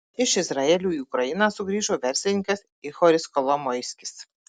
iš izraelio į ukrainą sugrįžo verslininkas ihoris kolomoiskis